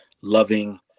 loving